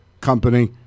company